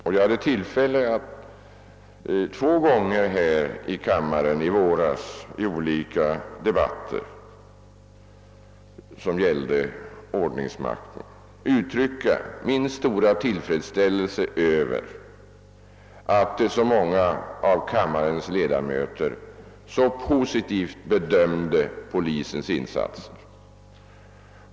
Jag hade också tillfälle i denna kammare att två gånger under vårsessionen i olika debatter, som gällde ordningsmakten, uttrycka min stora tillfredsställelse över att så många av kammarens ledamöter så positivt bedömde polisens insatser.